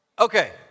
Okay